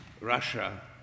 Russia